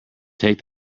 take